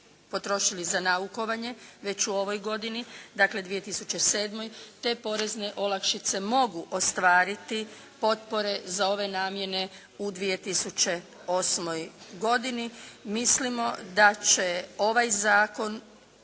potrošili za naukovanje već u ovoj godini, dakle 2007. te porezne olakšice mogu ostvariti potpore za ove namjene u 2008. godini. Mislimo da će ovaj Zakon